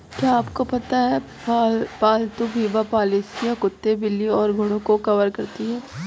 क्या आपको पता है पालतू बीमा पॉलिसियां कुत्तों, बिल्लियों और घोड़ों को कवर करती हैं?